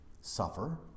Suffer